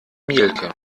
mielke